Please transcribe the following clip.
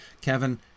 Kevin